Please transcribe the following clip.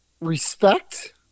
respect